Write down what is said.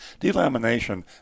Delamination